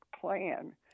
plan